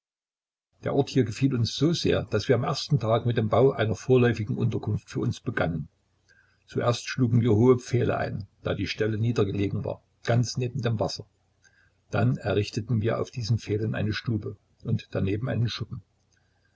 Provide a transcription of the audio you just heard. der ort hier gefiel uns so sehr daß wir am ersten tag mit dem bau einer vorläufigen unterkunft für uns begannen zuerst schlugen wir hohe pfähle ein da die stelle nieder gelegen war ganz neben dem wasser dann errichteten wir auf diesen pfählen eine stube und daneben einen schuppen